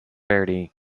verdi